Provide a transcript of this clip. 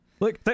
Look